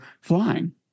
flying